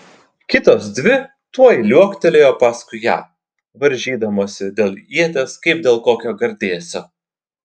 kitos dvi tuoj liuoktelėjo paskui ją varžydamosi dėl ieties kaip dėl kokio gardėsio